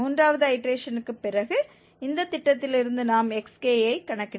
மூன்றாவது ஐடேரேஷன்க்கு பிறகு இந்த திட்டத்திலிருந்து நாம் xk ஐ கணக்கிடுகிறோம்